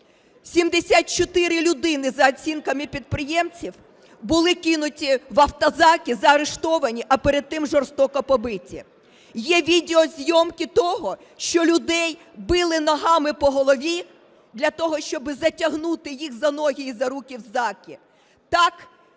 74 людини, за оцінками підприємців, були кинуті в автозаки, заарештовані, а перед тим жорстоко побиті. Є відеозйомки того, що людей били ногами по голові для того, щоб затягнути їх за ноги і за руки в заки. Так